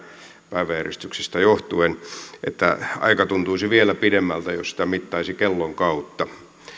päiväjärjestyksestä johtuen että aika tuntuisi vielä pidemmältä jos sitä mittaisi kellon kautta